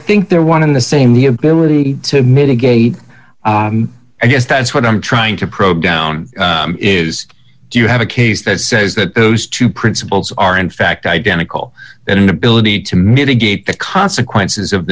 think they're one in the same the ability to mitigate and yes that's what i'm trying to probe down is do you have a case that says that those two principles are in fact identical and inability to mitigate the consequences of